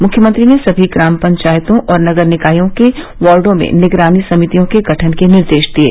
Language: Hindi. मुख्यमंत्री ने सभी ग्राम पंचायतों और नगर निकायों के वार्डों में निगरानी समितियों के गठन के निर्देश दिये